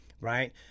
Right